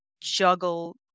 juggle